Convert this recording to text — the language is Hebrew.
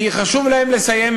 כי חשוב להם לסיים,